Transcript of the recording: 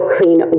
Clean